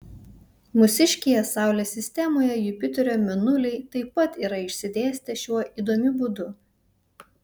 mūsiškėje saulės sistemoje jupiterio mėnuliai taip pat yra išsidėstę šiuo įdomiu būdu